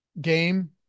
game